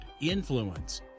influence